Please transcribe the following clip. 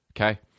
Okay